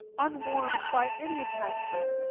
unwarmed by any attachment.